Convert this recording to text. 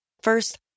First